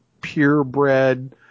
purebred